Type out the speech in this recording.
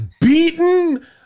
beaten